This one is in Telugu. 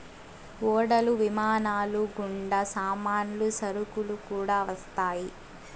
ఓడలు విమానాలు గుండా సామాన్లు సరుకులు కూడా వస్తాయి